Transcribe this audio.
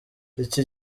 iki